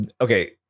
okay